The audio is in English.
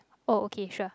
oh okay sure